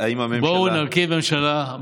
בואו נרכיב ממשלה.